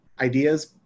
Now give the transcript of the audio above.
ideas